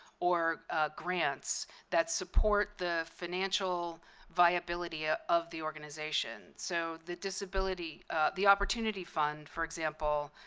or grants that support the financial viability ah of the organization. so the disability the opportunity fund, for example,